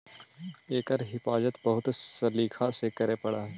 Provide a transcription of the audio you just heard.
एकर हिफाज़त बहुत सलीका से करे पड़ऽ हइ